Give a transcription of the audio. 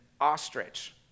ostrich